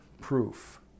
proof